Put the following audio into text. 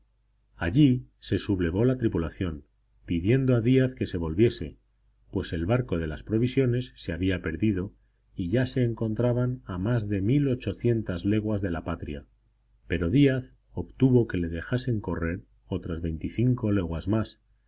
allí se sublevó la tripulación pidiendo a díaz que se volviese pues el barco de las provisiones se había perdido y ya se encontraban a más de mil ochocientas leguas de la patria pero díaz obtuvo que le dejasen correr otras veinticinco leguas más